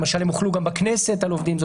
הם למשל הוחלו גם בכנסת על עובדים.